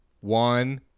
One